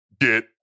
get